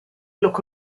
look